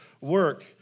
work